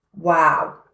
Wow